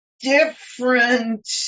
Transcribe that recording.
different